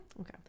Okay